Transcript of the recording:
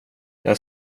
jag